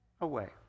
away